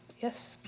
Yes